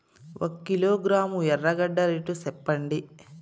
ఒక కిలోగ్రాము ఎర్రగడ్డ రేటు సెప్పండి?